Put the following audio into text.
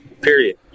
period